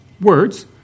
words